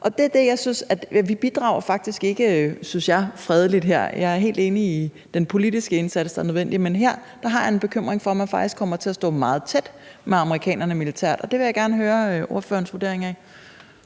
så henne i den situation? Vi bidrager faktisk ikke fredeligt her, synes jeg. Jeg er helt enig i den politiske indsats, der er nødvendig, men her har jeg en bekymring for, at man faktisk kommer til at stå meget tæt med amerikanerne militært, og det vil jeg gerne høre ordførerens vurdering af.